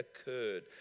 occurred